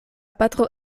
patro